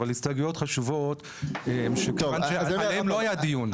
אבל הסתייגויות חשובות שעליהן לא היה דיון.